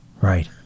Right